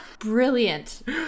brilliant